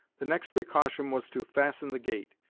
the next precaution was to fasten the gate,